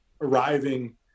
arriving